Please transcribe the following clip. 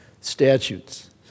statutes